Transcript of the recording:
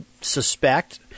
suspect